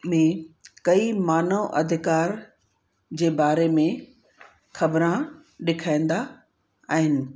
में कई मानव अधिकार जे बारे में ख़बरां ॾेखाईंदा आहिनि